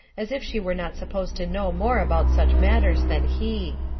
as if she were not supposed to know more about such matters than he.